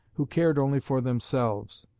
who cared only for themselves.